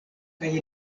kaj